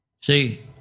See